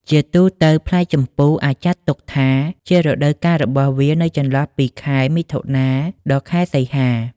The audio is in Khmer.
ជាទូទៅ ផ្លែជម្ពូអាចចាត់ទុកថាជារដូវកាលរបស់វានៅចន្លោះពី ខែមិថុនា ដល់ ខែសីហា។